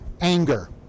Anger